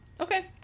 Okay